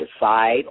decide